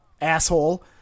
asshole